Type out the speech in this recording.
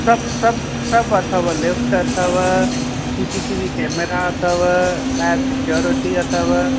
सभु सभु सभु अथव लिफ़्ट अथव सी सी टीवी केमेरा अथव ॿाहिरि सिक्योरिटी अथव